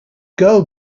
girl